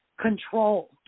Control